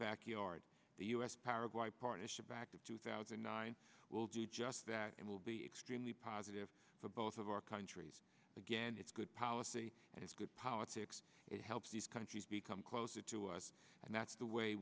backyard the u s power why partnership back in two thousand and nine will do just that and will be extremely positive for both of our countries again it's good policy and it's good politics it helps these countries become closer to us and that's the way